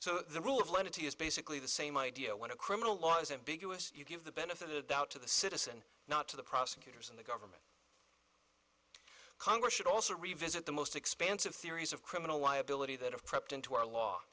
so the rule of lenity is basically the same idea when a criminal law is in big us you give the benefit of the doubt to the citizen not to the prosecutors and the government congress should also revisit the most expansive theories of criminal liability that of prepped into our law